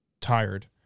tired